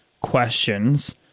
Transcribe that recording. questions